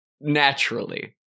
naturally